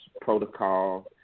protocol